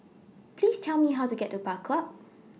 Please Tell Me How to get to Bakau